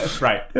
Right